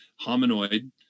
hominoid